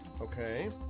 Okay